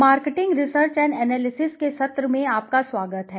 marketing research and analysis के सत्र में आपका स्वागत है